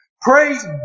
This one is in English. Praise